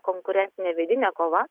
konkurencinė vidinė kova